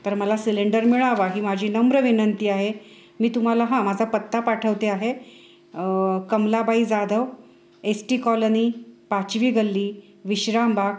तर मला सिलेंडर मिळावा ही माझी नम्र विनंती आहे मी तुम्हाला हां माझा पत्ता पाठवते आहे Kamlabai Jadhav S T colony पाचवी गल्ली विश्रामबाग